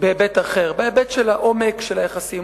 בהיבט אחר, בהיבט של עומק היחסים.